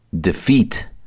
defeat